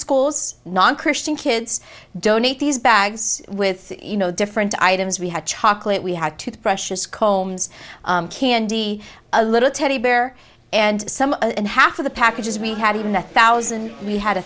schools non christian kids don't eat these bags with you know different items we had chocolate we had two precious combs candy a little teddy bear and some and half of the packages we had even the thousand we had a